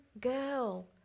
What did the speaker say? girl